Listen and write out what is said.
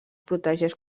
protegeix